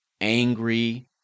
angry